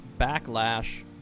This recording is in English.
Backlash